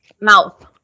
mouth